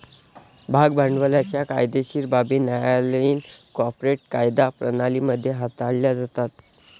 भाग भांडवलाच्या कायदेशीर बाबी न्यायालयीन कॉर्पोरेट कायदा प्रणाली मध्ये हाताळल्या जातात